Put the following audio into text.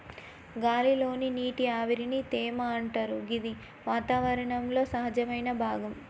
గాలి లోని నీటి ఆవిరిని తేమ అంటరు గిది వాతావరణంలో సహజమైన భాగం